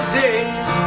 days